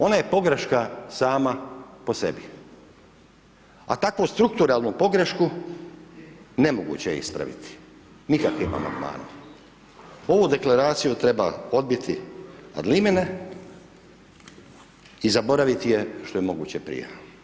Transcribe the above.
Ona je pogreška sama po sebi, a takvu strukturalnu pogrešku nemoguće je ispraviti nikakvim Amandmanima, ovu Deklaraciju treba odbiti ad limene i zaboraviti je što je moguće prije.